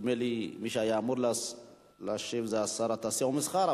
נדמה לי שמי שהיה אמור להשיב זה שר התעשייה והמסחר,